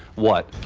what?